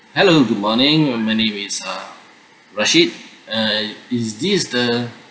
hello good morning my name is uh rashid uh is this the